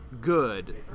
good